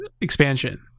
expansion